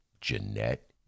Jeanette